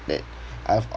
that I've